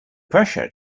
pressure